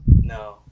No